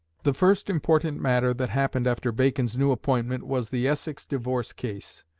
the first important matter that happened after bacon's new appointment was the essex divorce case,